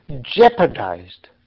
jeopardized